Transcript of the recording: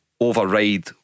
override